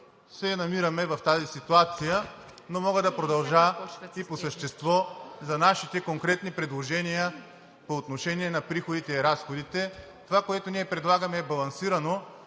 се намираме в тази ситуация. Но мога да продължа и по същество за нашите конкретни предложения по отношение на приходите и разходите. Това, което ние предлагаме, е балансирано,